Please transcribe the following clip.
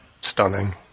stunning